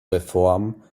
reform